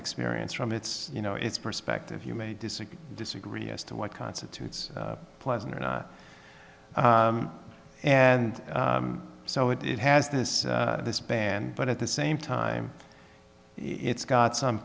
experience from its you know its perspective you may disagree disagree as to what constitutes pleasant or not and so it has this this band but at the same time it's got some